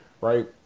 right